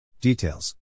Details